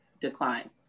decline